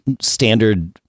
standard